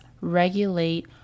regulate